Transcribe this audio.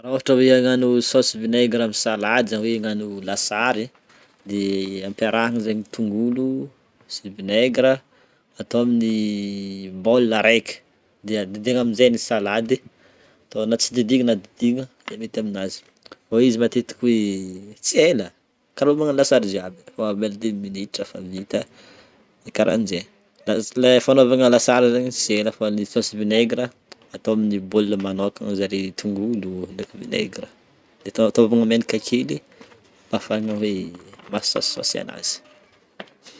Ra ôhatra hoe agnano sôsy vinaigre amin'ny salady zany de agnano lasary de amperahagna zegny tognolo, sy vinaigre a ato amin'ny baolina araika de didina amize ny salady ato na didigna na tsy didigna de mety aby de mety amin'azy, izy matetiky hoe tsy ela karaha magnano lasary jiaby io fa avela dimy minitra d'efa vita de karahanje le fagnanovana lasary zegny tsy ela fa le sôsy vinaigre ato amin'ny baolina manokagna zany tognolo de vinaigre atôvana menaka kely afahana hoe maha sosisosy anazy.